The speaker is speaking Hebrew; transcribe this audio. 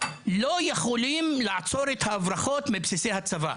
לא יכולים לעצור את ההברחות מבסיסי הצבא?